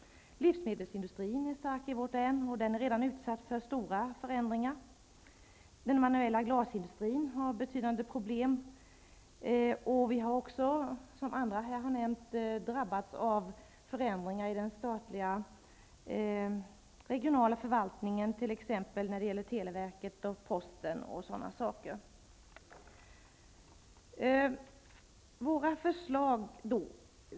Livsmedelsindustrin är stark i vårt län. Den är redan utsatt för stora förändringar. Den manuella glasindustrin har betydande problem. Vi har också, som andra har nämnt, drabbats av förändringar i den statliga regionala förvaltningen, t.ex. när det gäller televerket, posten och sådana saker. Jag övergår så till våra förslag.